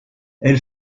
elle